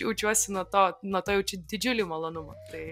jaučiuosi nuo to nuo to jaučiu didžiulį malonumą tai